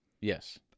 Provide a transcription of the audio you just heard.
Yes